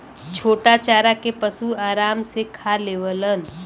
छोटा चारा के पशु आराम से खा लेवलन